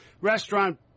Restaurant